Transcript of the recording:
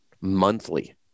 monthly